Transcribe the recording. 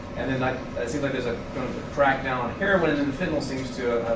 and then i see like there's a crackdown on heroin, and then fentanyl seems to